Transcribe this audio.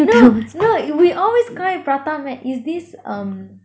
no no we always call it prata mat is this um